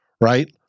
right